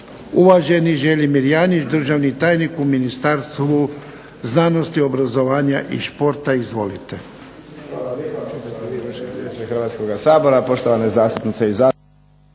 Uvaženi Želimir Janjić, državni tajnik u Ministarstvu znanosti, obrazovanja i športa. Izvolite.